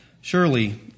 Surely